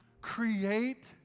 create